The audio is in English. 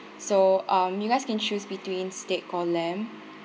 so um you guys can choose between steak or lamb